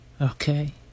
okay